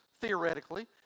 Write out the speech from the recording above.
theoretically